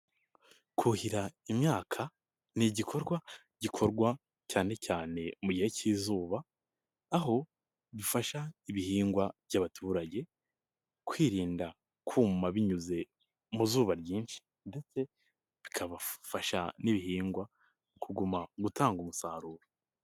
Kuhira imyaka ni igikorwa, gikorwa cyane cyane mu gihe k'izuba. Aho bifasha ibihingwa by'abaturage, kwirinda kuma binyuze mu zuba ryinshi ndetse bikabafasha n'ibihingwa kuguma gutanga umusaruro.